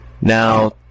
Now